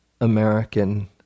American